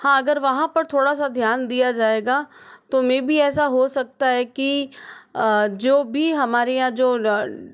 हाँ अगर वहाँ पर थोड़ा सा ध्यान दिया जाएगा तो मैं भी ऐसा हो सकता है कि जो भी हमारे यहाँ जो